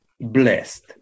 blessed